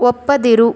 ಒಪ್ಪದಿರು